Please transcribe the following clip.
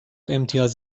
امتیاز